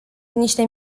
niște